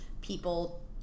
people